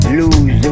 lose